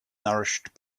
nourished